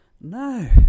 No